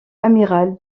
amiral